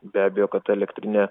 be abejo kad elektrinė